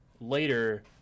later